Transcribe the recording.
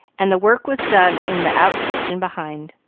and the work was done in the out-kitchen behind.